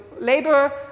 labor